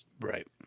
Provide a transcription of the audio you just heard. Right